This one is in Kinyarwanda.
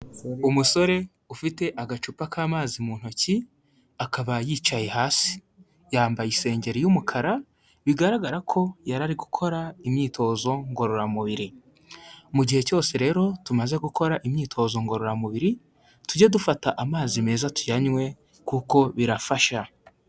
Umusore ufite agacupa k'amazi mu ntoki, akaba yicaye hasi, yambaye isengeri y'umukara bigaragara ko yari ari gukora imyitozo ngororamubiri. Mu gihe cyose rero tumaze gukora imyitozo ngororamubiri, tujye dufata amazi meza tuyanywe kuko birafasha.